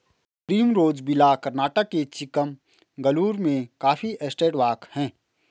Primrose villa Karnataka के चिकमगलूर में coffee estate walk हैं